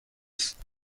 است